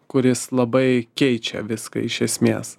kuris labai keičia viską iš esmės